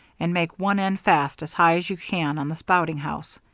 and make one end fast as high as you can on the spouting house.